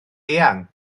eang